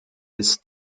ist